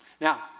Now